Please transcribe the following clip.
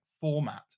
format